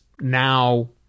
now